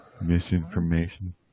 Misinformation